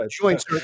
joints